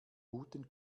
guten